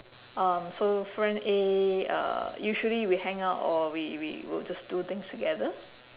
um so friend A uh usually we hang out or we we will just do things together